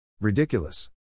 Ridiculous